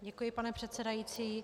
Děkuji, pane předsedající.